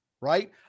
Right